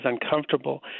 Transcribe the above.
uncomfortable